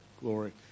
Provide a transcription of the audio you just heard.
glory